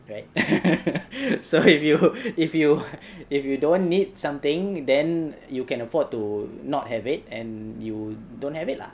right so if you if you if you don't need something then you can afford to not have it and you don't have it lah